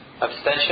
Abstention